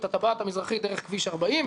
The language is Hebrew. את הטבעת המזרחית דרך כביש 40,